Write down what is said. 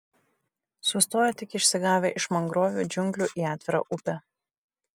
sustojo tik išsigavę iš mangrovių džiunglių į atvirą upę